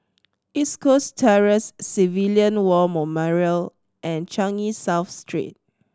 East Coast Terrace Civilian War Memorial and Changi South Street